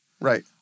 Right